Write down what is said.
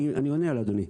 אני עונה לאדוני.